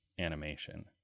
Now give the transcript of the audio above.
animation